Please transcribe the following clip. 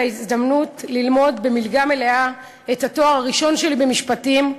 ההזדמנות ללמוד במלגה מלאה את התואר הראשון שלי במשפטים,